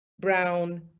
brown